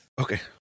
Okay